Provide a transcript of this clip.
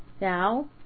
now